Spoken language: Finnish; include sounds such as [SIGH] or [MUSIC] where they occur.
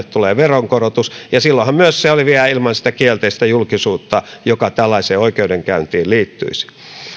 [UNINTELLIGIBLE] tulee veronkorotus ja silloin hän myös selviää ilman sitä kielteistä julkisuutta joka tällaiseen oikeudenkäyntiin liittyisi